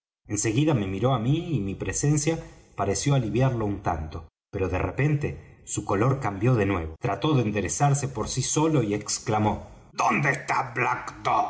seguida me miró á mí y mi presencia pareció aliviarlo un tanto pero de repente su color cambió de nuevo trató de enderezarse por sí solo y exclamó dónde está black